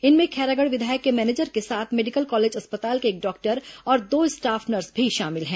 इनमें खैरागढ़ विधायक के मैनेजर के साथ मेडिकल कॉलेज अस्पताल के एक डॉक्टर और दो स्टाफ नर्स भी शामिल हैं